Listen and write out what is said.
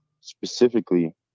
specifically